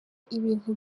ibintu